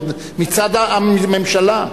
ועוד מצד הממשלה.